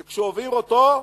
כי כשעוברים אותו,